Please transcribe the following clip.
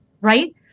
Right